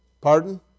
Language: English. Pardon